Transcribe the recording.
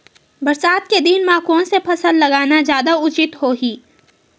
बरसात के दिन म कोन से फसल लगाना जादा उचित होही?